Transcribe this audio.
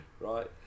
Right